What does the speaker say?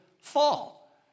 fall